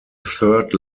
third